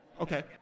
Okay